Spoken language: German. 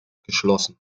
geschlossen